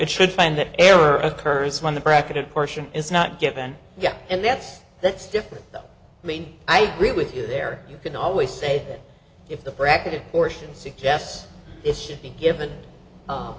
it should find the error occurs when the bracketed portion is not given and that's that's different the main i agree with you there you can always say that if the bracketed portion suggest it should be given